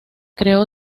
creó